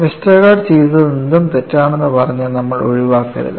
Westergaard ചെയ്തതെന്തും തെറ്റാണെന്ന് പറഞ്ഞ് നമ്മൾ ഒഴിവാക്കരുത്